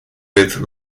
with